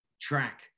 track